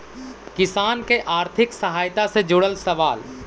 किसान के आर्थिक सहायता से जुड़ल सवाल?